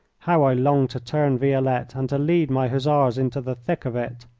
how i longed to turn violette, and to lead my hussars into the thick of it!